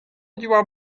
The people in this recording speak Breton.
diwar